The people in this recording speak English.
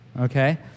Okay